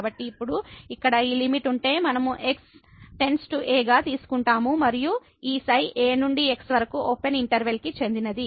కాబట్టి ఇప్పుడు ఇక్కడ ఈ లిమిట్ ఉంటే మనము x → a గా తీసుకుంటాము మరియు ఈ ξ a నుండి x వరకు ఓపెన్ ఇంటర్వెల్ కి చెందినది